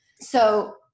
So-